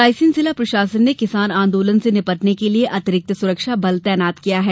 रायसेन जिला प्रशासन ने किसान आंदोलन से निपटने के लिये अतिरिक्त सुरक्षा बल तैनात किया है